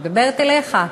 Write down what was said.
אני מדברת אליך,